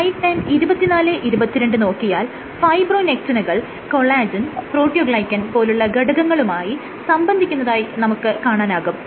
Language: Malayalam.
സ്ലൈഡ് ടൈം 2422 നോക്കിയാൽ ഫൈബ്രോനെക്റ്റിനുകൾ കൊളാജെൻ പ്രോട്ടിയോഗ്ലൈക്കൻ പോലുള്ള ഘടകങ്ങളുമായി സംബന്ധിക്കുന്നതായി നമുക്ക് കാണാനാകും